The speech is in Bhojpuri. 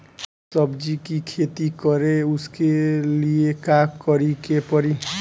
सब्जी की खेती करें उसके लिए का करिके पड़ी?